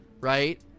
right